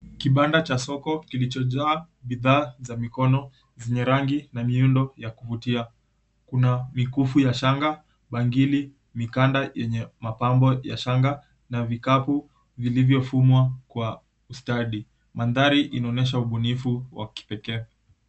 Kibanda cha soko kilichojaa bidhaa za mikono zenye rangi na miundo ya kuvutia kuna mikufu ya shanga, bangili, mikanda yenye mapambo ya shanga na vikapu vilivyofumwa kwa ustadi. Mandhari inaonesha ubunifu wa kipekee.